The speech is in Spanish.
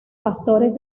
pastores